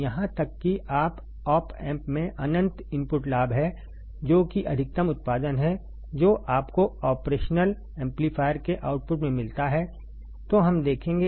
यहां तक कि अगर ऑप एम्प में अनंत इनपुट लाभ है जो कि अधिकतम उत्पादन है जो आपको ऑपरेशनल एम्पलीफायर के आउटपुट में मिलता है तो हम देखेंगे